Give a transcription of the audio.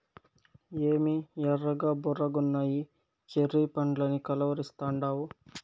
ఏమి ఎర్రగా బుర్రగున్నయ్యి చెర్రీ పండ్లని కలవరిస్తాండావు